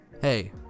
Hey